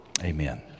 Amen